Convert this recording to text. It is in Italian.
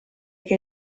che